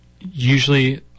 usually